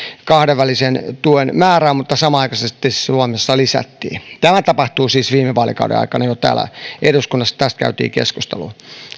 kahdenvälisen tuen määrää mutta samanaikaisesti suomessa lisättiin tämä tapahtui siis viime vaalikauden aikana jo ja täällä eduskunnassa tästä käytiin keskustelua